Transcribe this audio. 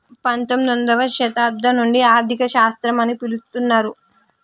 పంతొమ్మిదవ శతాబ్దం నుండి ఆర్థిక శాస్త్రం అని పిలుత్తున్నరు